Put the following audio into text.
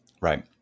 Right